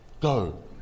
go